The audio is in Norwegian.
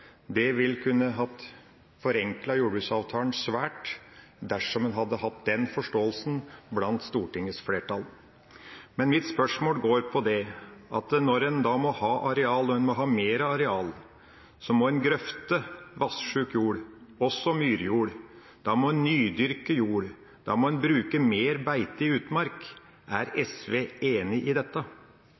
Det ville kunne ha forenklet jordbruksavtalen svært dersom en hadde hatt den forståelsen blant Stortingets flertall. Men mitt spørsmål går på at når en må ha mer areal, så må en grøfte vassjuk jord – også myrjord – og da må en nydyrke jord, da må en bruke mer beite i utmark. Er SV enig i dette?